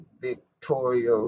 Victoria